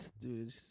dude